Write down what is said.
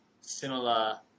similar